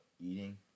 eating